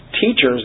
teachers